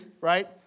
right